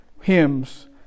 hymns